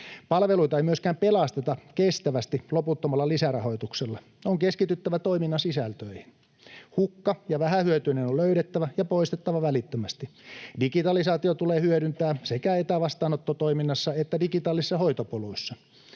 Palveluita ei myöskään pelasteta kestävästi loputtomalla lisärahoituksella. On keskityttävä toiminnan sisältöihin. Hukka ja vähähyötyinen on löydettävä ja poistettava välittömästi. Digitalisaatio tulee hyödyntää sekä etävastaanottotoiminnassa että digitaalisissa hoitopoluissa.